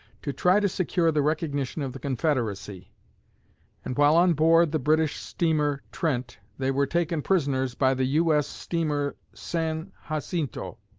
to try to secure the recognition of the confederacy and while on board the british steamer trent they were taken prisoners by the u s. steamer san jacinto,